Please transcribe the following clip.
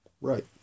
Right